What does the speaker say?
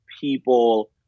people